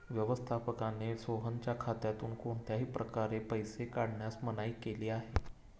व्यवस्थापकाने सोहनच्या खात्यातून कोणत्याही प्रकारे पैसे काढण्यास मनाई केली आहे